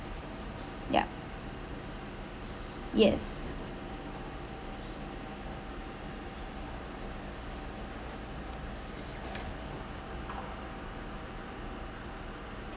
yeah yes